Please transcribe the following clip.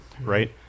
Right